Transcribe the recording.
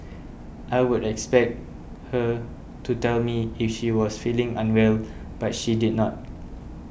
I would expect her to tell me if she was feeling unwell but she did not